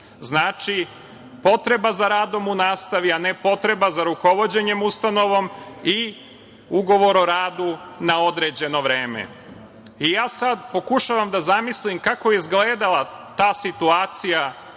Znači, potreba za radom u nastavi, a ne potreba za rukovođenjem ustanovom i ugovor o radu na određeno vreme. Ja sad pokušavam da zamislim kako je izgledala ta situacija